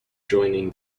joining